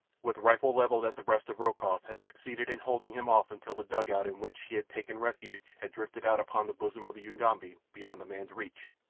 with rifle levelled at the breast of rokoff, had succeeded in holding him off until the dugout in which she had taken refuge had drifted out upon the bosom of the ugambi beyond the man's reach,